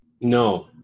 No